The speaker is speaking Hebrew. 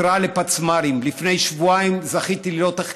התרעה לפצמ"רים: לפני שבועיים זכיתי לראות איך